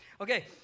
Okay